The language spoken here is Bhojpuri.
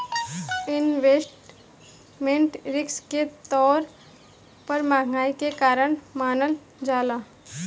इन्वेस्टमेंट रिस्क के तौर पर महंगाई के कारण मानल जाला